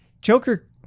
Joker